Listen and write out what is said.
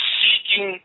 seeking